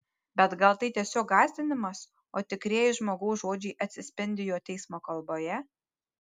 bet gal tai tiesiog gąsdinimas o tikrieji žmogaus žodžiai atsispindi jo teismo kalboje